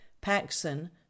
Paxson